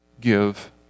give